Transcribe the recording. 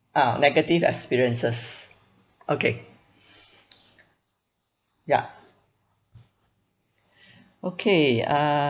ah negative experiences okay ya okay uh